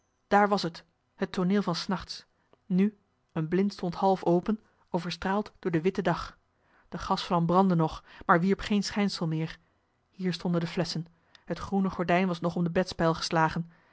daar was t het tooneel van s nachts nu een blind stond half open overstraald door de witte dag de gasvlam brandde nog maar wierp geen schijnsel meer hier stonden de flesschen het groene gordijn was nog om de bedspijl geslagen